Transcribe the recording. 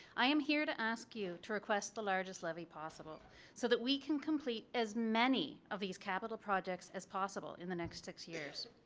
i am here to ask you to request the largest levy possible so that we can complete as many of these capital projects as possible in the next six years.